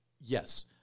yes